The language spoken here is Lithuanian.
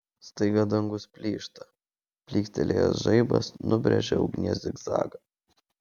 staiga dangus plyšta plykstelėjęs žaibas nubrėžia ugnies zigzagą